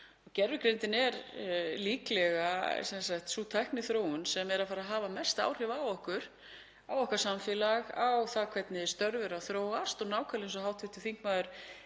Gervigreindin er líklega sú tækniþróun sem er að fara að hafa mest áhrif á okkur, á okkar samfélag, á það hvernig störf eru að þróast. Og nákvæmlega eins og hv. þingmaður